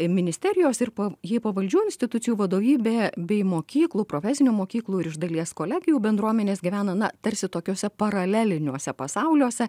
ministerijos ir po jai pavaldžių institucijų vadovybe bei mokyklų profesinių mokyklų ir iš dalies kolegijų bendruomenės gyvena tarsi tokiuose paraleliniuose pasauliuose